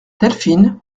delphine